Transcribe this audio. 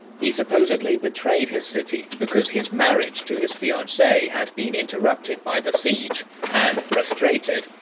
he supposedly betrayed his city because his marriage to his fiancee had been interrupted by the siege and, frustrated,